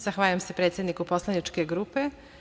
Zahvaljujem se predsedniku poslaničke grupe.